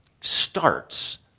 starts